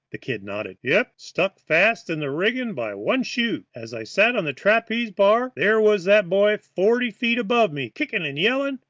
the kid nodded. yep, stuck fast in the rigging by one shoe. as i sat on the trapeze bar there was that boy forty feet above me kicking and yelling.